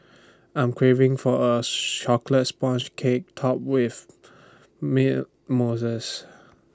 I am craving for Chocolate Sponge Cake Topped with Mint Mousse